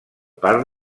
part